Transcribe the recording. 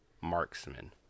Marksman